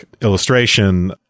illustration